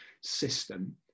system